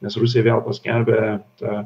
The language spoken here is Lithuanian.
nes rusija vėl paskelbė tą